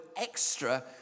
extra